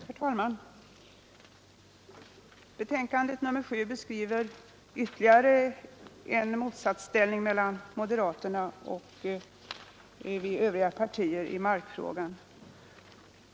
Herr talman! Civilutskottets förevarande betänkande nr 7 beskriver ytterligare en motsatsställning mellan moderaterna och övriga partier i markfrågan.